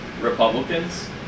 Republicans